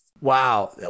Wow